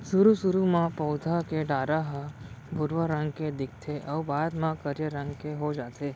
सुरू सुरू म पउधा के डारा ह भुरवा रंग के दिखथे अउ बाद म करिया रंग के हो जाथे